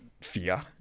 fear